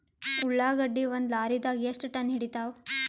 ಉಳ್ಳಾಗಡ್ಡಿ ಒಂದ ಲಾರಿದಾಗ ಎಷ್ಟ ಟನ್ ಹಿಡಿತ್ತಾವ?